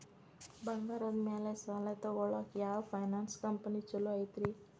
ಬಂಗಾರದ ಮ್ಯಾಲೆ ಸಾಲ ತಗೊಳಾಕ ಯಾವ್ ಫೈನಾನ್ಸ್ ಕಂಪನಿ ಛೊಲೊ ಐತ್ರಿ?